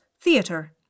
theatre